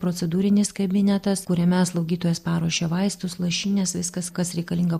procedūrinis kabinetas kuriame slaugytojos paruošia vaistus lašines viskas kas reikalinga